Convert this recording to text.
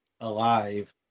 alive